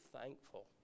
thankful